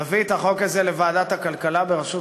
תביא את החוק הזה לוועדת הכלכלה בראשות